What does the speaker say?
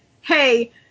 hey